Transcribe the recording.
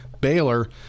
Baylor